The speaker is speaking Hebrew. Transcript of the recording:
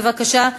בבקשה,